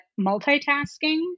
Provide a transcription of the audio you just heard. multitasking